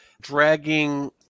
dragging